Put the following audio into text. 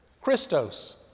Christos